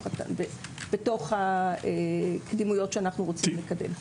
בתוך הקדימויות שאנחנו רוצים לקדם.